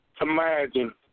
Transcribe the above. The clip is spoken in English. imagine